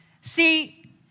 See